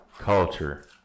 culture